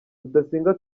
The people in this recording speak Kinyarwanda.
rudasingwa